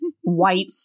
white